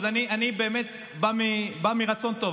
אני באמת בא מרצון טוב.